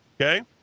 Okay